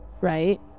right